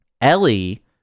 Ellie